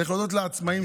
צריך להודות לעצמאים,